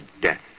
death